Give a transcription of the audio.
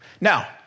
Now